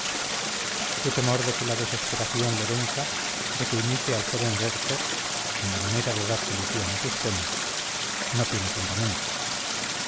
tu temor de que la desesperación le venza de que imite al joven werther en la manera de dar solución a sus penas no tiene fundamento